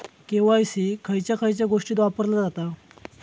KYC खयच्या खयच्या गोष्टीत वापरला जाता?